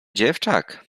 dziewczak